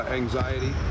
anxiety